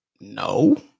No